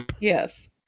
Yes